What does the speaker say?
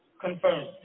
confirmed